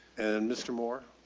and mr. moore,